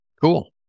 Cool